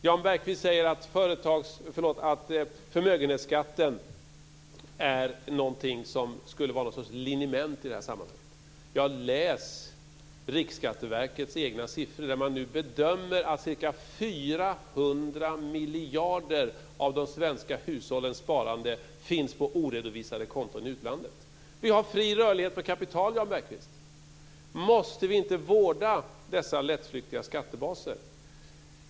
Jan Bergqvist säger att förmögenhetsskatten skulle vara något slags liniment i detta sammanhang. Läs Riksskatteverkets egna siffror där man nu bedömer att ca 400 miljarder av de svenska hushållens sparande finns på oredovisade konton i utlandet. Vi har fri rörlighet för kapital, Jan Bergqvist. Måste vi inte vårda dessa lättflyktiga skattebaser?